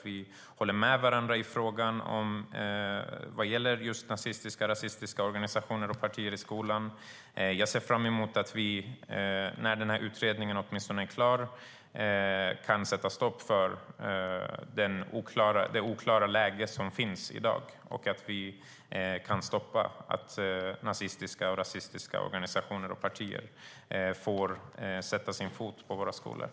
Vi håller med varandra i frågan om nazistiska och rasistiska organisationer och partier i skolan. Jag ser fram emot att vi när den här utredningen är klar kan komma ifrån det oklara läge som råder i dag och att vi kan sätta stopp för att nazistiska och rasistiska organisationer och partier får sätta sin fot på våra skolor.